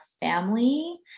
family